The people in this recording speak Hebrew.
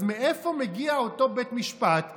אז מאיפה מגיע אותו בית משפט ואומר: